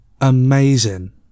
amazing